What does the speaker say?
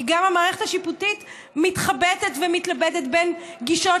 כי גם המערכת השיפוטית מתחבטת ומתלבטת בין גישות